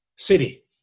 city